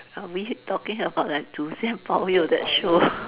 are we talking about the 祖先保佑 that show